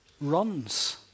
runs